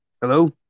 Hello